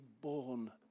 born